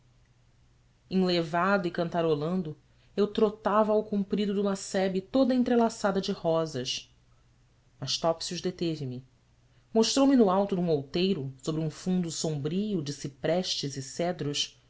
enlevado e cantarolando eu trotava ao comprido de uma sebe toda entrelaçada de rosas mas topsius deteve me mostrou-me no alto de um outeiro sobre um fundo sombrio de ciprestes e cedros